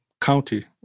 county